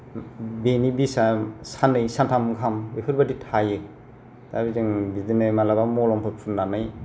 बेनि बिसा साननै सानथाम गाहाम बेफोरबादि थायो दा जों बिदिनो माब्लाबा मलमफोर फुननानै